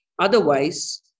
Otherwise